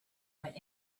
went